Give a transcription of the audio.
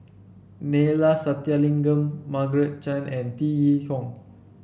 Neila Sathyalingam Margaret Chan and Tan Yee Hong